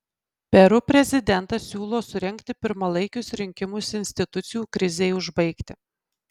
peru prezidentas siūlo surengti pirmalaikius rinkimus institucijų krizei užbaigti